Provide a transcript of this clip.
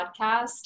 podcast